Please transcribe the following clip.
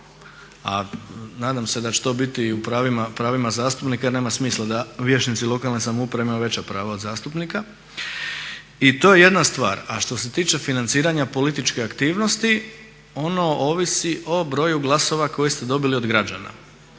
a nadam se da će to biti i u pravima zastupnika jer nema smisla da vijećnici lokalne samouprave imaju veća prava od zastupnika. I to je jedna stvar. A što se tiče financiranja političke aktivnosti ono ovisi o broju glasova koji ste dobili od građana,